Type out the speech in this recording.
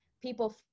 people